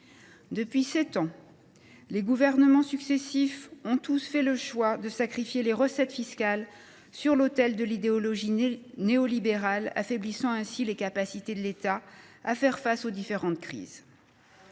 Depuis sept ans, les gouvernements successifs ont tous fait le choix de sacrifier les recettes fiscales sur l’autel de l’idéologie néolibérale, affaiblissant ainsi les capacités de l’État à faire face aux différentes crises.